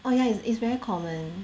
oh yeah it's it's very common